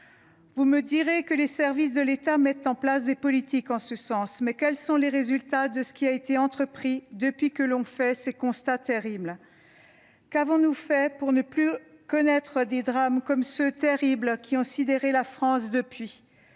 Vous me direz que les services de l'État mettent en place des politiques en ce sens. Mais quels sont les résultats de ce qui a été entrepris depuis que l'on a fait ce constat terrible ? Qu'avons-nous fait pour ne plus connaître des drames comme ceux, terribles, qui ont sidéré la France ?